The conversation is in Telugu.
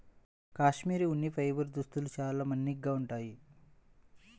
కాష్మెరె ఉన్ని ఫైబర్ దుస్తులు చాలా మన్నికగా ఉంటాయి